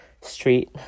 street